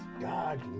God